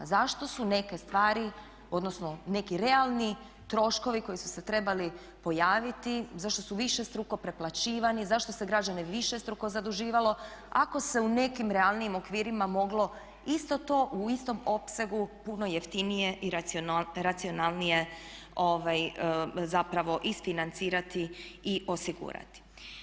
Zašto su neke stvari odnosno neki realni troškovi koji su se trebali pojaviti zašto su višestruko preplaćivani, zašto se građane višestruko zaduživalo ako se u nekim realnijim okvirima moglo isto to u istom opsegu puno jeftinije i racionalnije zapravo isfinancirati i osigurati.